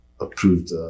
approved